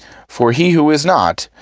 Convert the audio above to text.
for he who is not,